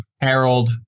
Harold